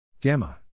gamma